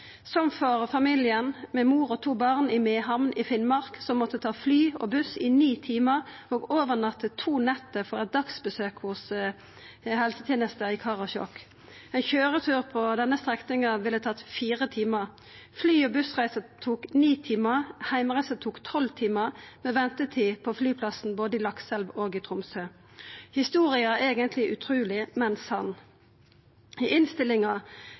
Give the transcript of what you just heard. som for familien med mor og to barn i Mehamn i Finnmark, som måtte ta fly og buss i ni timar og overnatte to netter for eit dagsbesøk hos helsetenesta i Karasjok. Ein køyretur på denne strekninga ville tatt fire timar. Fly- og bussreisa tok ni timar. Heimreisa tok tolv timar med ventetid på flyplassen både i Lakselv og i Tromsø. Historia er eigentleg utruleg – men sann. I innstillinga